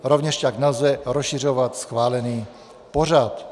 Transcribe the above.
Rovněž tak nelze rozšiřovat schválený pořad.